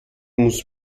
muss